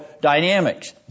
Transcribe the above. dynamics